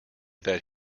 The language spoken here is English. that